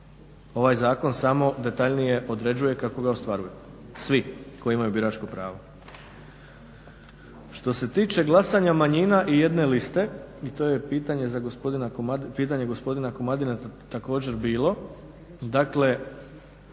Ovaj zakon samo detaljnije određuje kako ga ostvaruju, svi koji imaju biračko pravo. Što se tiče glasanja manjina i jedne liste, i to je pitanje za gospodina, pitanje gospodina Komadine također bilo. Dakle,